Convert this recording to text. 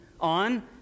on